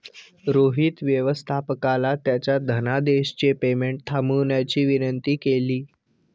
रोहित व्यवस्थापकाला त्याच्या धनादेशचे पेमेंट थांबवण्याची विनंती केली